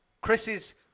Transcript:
Chris's